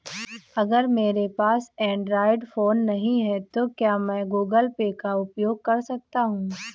अगर मेरे पास एंड्रॉइड फोन नहीं है तो क्या मैं गूगल पे का उपयोग कर सकता हूं?